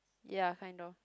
ya kind of